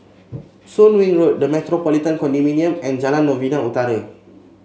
Soon Wing Road The Metropolitan Condominium and Jalan Novena Utara